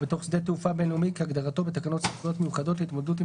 בתוך שדה תעופה בין-לאומי כהגדרתו בתקנות סמכויות מיוחדות להתמודדות עם